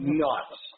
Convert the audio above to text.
nuts